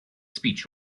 speech